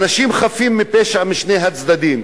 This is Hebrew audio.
אנשים חפים מפשע משני הצדדים,